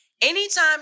Anytime